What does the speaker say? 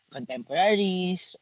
contemporaries